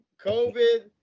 COVID